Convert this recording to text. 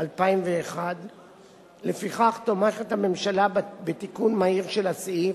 2001. לפיכך הממשלה תומכת בתיקון מהיר של הסעיף,